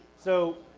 so